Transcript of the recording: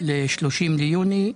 ל-30 ביוני.